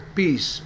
peace